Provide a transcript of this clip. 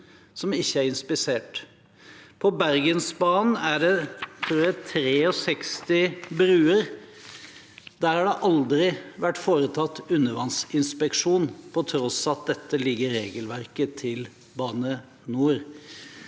som ikke er inspisert. På Bergensbanen er det 63 bruer. Der har det aldri vært foretatt undervannsinspeksjon på tross av at dette ligger i regelverket til Bane NOR.